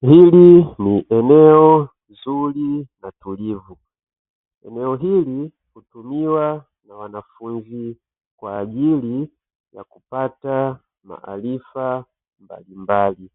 Hili ni eneo zuri na tulivu, eneo hili hutumiwa na wanafunzi kwa ajili ya kupata maarifa mbalimbali.